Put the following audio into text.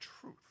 truth